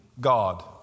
God